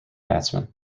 batsman